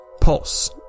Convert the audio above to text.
pulse